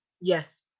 Yes